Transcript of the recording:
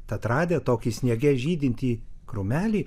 tad radę tokį sniege žydintį krūmelį